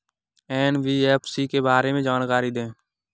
NBFC के बारे में जानकारी दें?